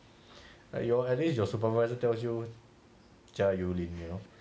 like you at least your supervisor tells you 加油 linnell